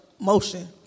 Motion